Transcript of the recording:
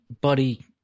buddy